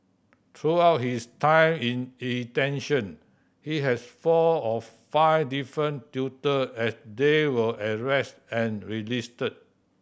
throughout his time in detention he has four or five different tutor as they were arrested and released